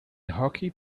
hockey